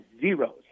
zeros